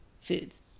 foods